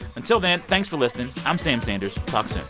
until then, thanks for listening. i'm sam sanders. talk so